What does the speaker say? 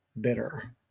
bitter